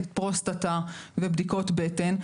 פרוסטטה ובדיקות בטן,